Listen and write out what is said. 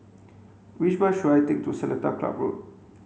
which bus should I take to Seletar Club Road